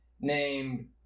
named